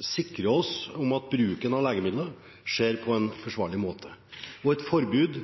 sikre oss at bruken av legemidler skjer på en forsvarlig måte, og et forbud